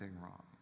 wrong